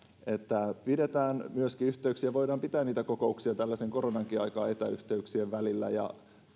että pidetään myöskin yhteyksiä voidaan pitää niitä kokouksia tällaisen koronankin aikaan etäyhteyksien välillä ja